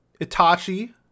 Itachi